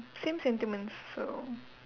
same sentiments so